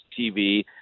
TV